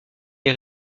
les